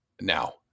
now